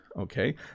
okay